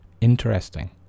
interesting